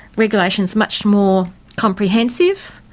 regulation's much more comprehensive,